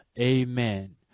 amen